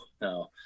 no